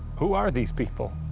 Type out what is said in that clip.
who are these people?